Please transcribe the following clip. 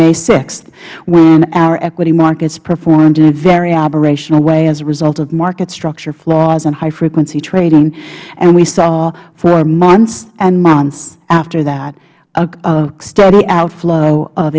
may six when our equity markets performed in a very aberrational way as a result of market structure flaws and high frequency trading and we saw for months and months after that a steady outflow of